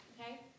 okay